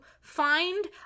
find